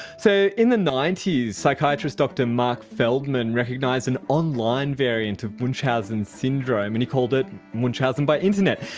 so in the ninety s, psychiatrist dr. marc feldman recognised an online variant of munchausen syndrome and he called it munchausen by internet.